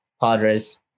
Padres